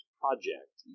project